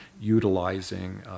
utilizing